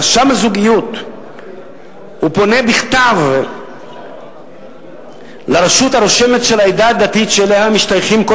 רשם הזוגיות פונה בכתב לרשות הרושמת של העדה הדתית שאליה משתייך כל